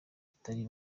batari